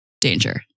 danger